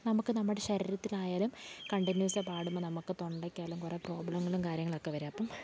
നമുക്ക് നമ്മുടെ ശരീരത്തിനായാലും കണ്ടിന്യുവസ് പാടുമ്പം നമുക്ക് തൊണ്ടക്കായാലും കുറേ പ്രോബ്ലങ്ങളും കാര്യങ്ങളൊക്കെ വര അപ്പം